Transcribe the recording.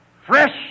fresh